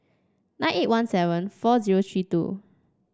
nine eight one seven four zero three two